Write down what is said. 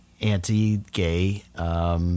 anti-gay